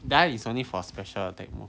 that [one] is only for special attack mode